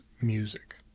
music